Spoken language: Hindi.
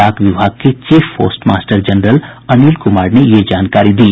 डाक विभाग के chief postmaster general Anil Kumar ने यह जानकारी दी